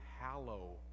hallow